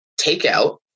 takeout